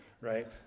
right